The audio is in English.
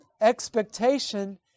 expectation